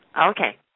Okay